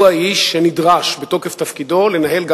הוא האיש שנדרש בתוקף תפקידו לנהל גם